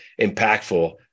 impactful